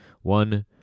one